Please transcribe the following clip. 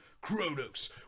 Kronos